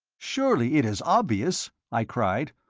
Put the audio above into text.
surely it is obvious? i cried.